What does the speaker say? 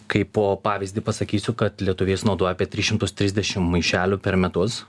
kaipo pavyzdį pasakysiu kad lietuviai sunaudoja apie tris šimtus trisdešim maišelių per metus